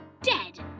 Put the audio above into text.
Dead